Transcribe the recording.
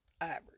average